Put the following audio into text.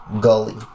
Gully